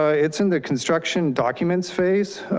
ah it's in the construction documents phase,